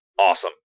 awesome